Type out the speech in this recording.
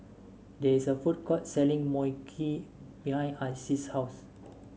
there is a food court selling Mui Kee behind Isis' house